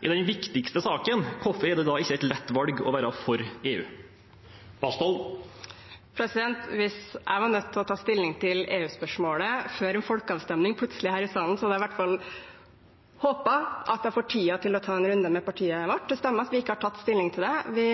er den viktigste saken, hvorfor er det da ikke et lett valg å være for EU? Hvis jeg plutselig her i salen var nødt til å ta stilling til EU-spørsmålet før en folkeavstemning, hadde jeg i hvert fall håpet at jeg fikk tid til å ta en runde med partiet vårt. Det stemmer at vi ikke har tatt stilling til det,